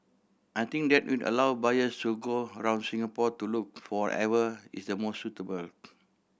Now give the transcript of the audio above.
I think that will allow buyers to go around Singapore to look for ever is the most suitable